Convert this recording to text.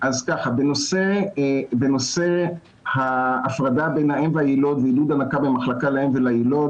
בנושא ההפרדה בין האם והילוד ועידוד הנקה במחלקה לאם ולילוד,